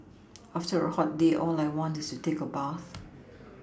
after a hot day all I want to do is take a bath